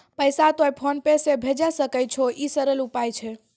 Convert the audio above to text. पैसा तोय PhonePe से भैजै सकै छौ? ई सरल उपाय छै?